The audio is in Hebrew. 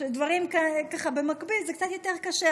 כשדברים ככה במקביל זה קצת יותר קשה.